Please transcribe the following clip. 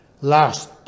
last